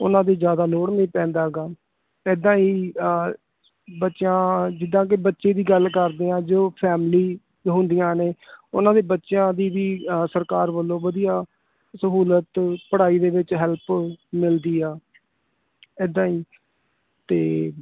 ਉਹਨਾਂ 'ਤੇ ਜ਼ਿਆਦਾ ਲੋਡ ਨਹੀਂ ਪੈਂਦਾ ਗਾ ਇੱਦਾਂ ਹੀ ਬੱਚਿਆਂ ਜਿੱਦਾਂ ਕਿ ਬੱਚੇ ਦੀ ਗੱਲ ਕਰਦੇ ਹਾਂ ਜੋ ਫੈਮਿਲੀ ਹੁੰਦੀਆਂ ਨੇ ਉਹਨਾਂ ਦੇ ਬੱਚਿਆਂ ਦੀ ਵੀ ਅ ਸਰਕਾਰ ਵੱਲੋਂ ਵਧੀਆ ਸਹੂਲਤ ਪੜ੍ਹਾਈ ਦੇ ਵਿੱਚ ਹੈਲਪ ਮਿਲਦੀ ਆ ਇੱਦਾਂ ਹੀ ਅਤੇ